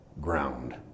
ground